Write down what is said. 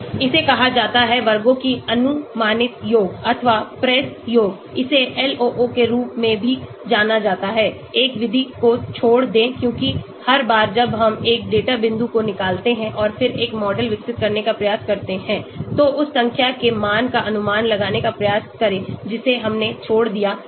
इसे कहा जाता है वर्गों की अनुमानित योग अथवा PRESS योग इसे LOO के रूप में भी जाना जाता है एक विधि को छोड़ दें क्योंकि हर बार जब हम एक डेटा बिंदु को निकालते हैं और फिर एक मॉडल विकसित करने का प्रयास करते हैं तो उस संख्या के मान का अनुमान लगाने का प्रयास करें जिसे हमने छोड़ दिया है